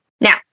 Now